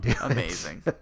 amazing